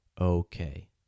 okay